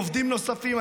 עובדים נוספים.